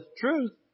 truth